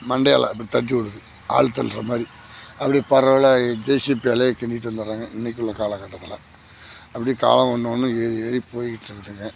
மண்டையால் அப்படி தட்டிவிடுது ஆள் தள்றமாதிரி அப்படி பரவலாக ஜேசிபியாலே கிண்டிகிட்டு வந்துடுறாங்க இன்னக்கு உள்ள காலக்கட்டத்தில் அப்படியே காலம் ஒன்று ஒன்றும் ஏறி ஏறி போயிகிட்டு இருக்குதுங்க